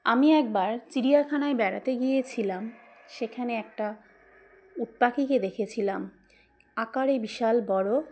আমি একবার চিড়িয়াখানায় বেড়াতে গিয়েছিলাম সেখানে একটা উটপাখিকে দেখেছিলাম আঁকারে বিশাল বড়ো